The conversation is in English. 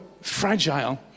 fragile